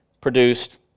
produced